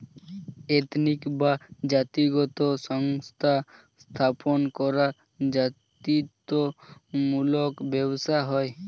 ethnic বা জাতিগত সংস্থা স্থাপন করা জাতিত্ব মূলক ব্যবসা হয়